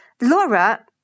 Laura